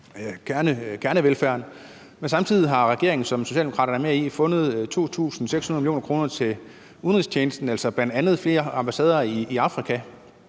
kernevelfærden, men samtidig har regeringen, som Socialdemokratiet er med i, fundet 2.600 mio. kr. til udenrigstjenesten, til bl.a. flere ambassader i Afrika;